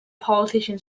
politician